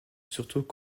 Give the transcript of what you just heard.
surtout